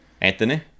Anthony